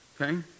okay